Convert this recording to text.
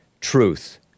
truth